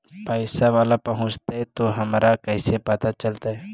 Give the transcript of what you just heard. पैसा बाला पहूंचतै तौ हमरा कैसे पता चलतै?